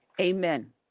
Amen